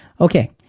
Okay